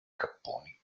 capponi